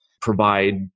provide